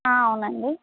అవునండి